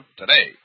today